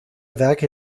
werke